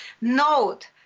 Note